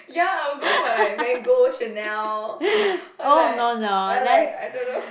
ya I'll go for like Mango Chanel or like or like I don't know